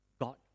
God